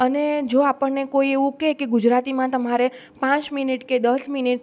અને જો આપણને કોઈ એવું કે ગુજરાતીમાં તમારે પાંચ મિનિટ કે દસ મિનિટ